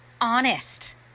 honest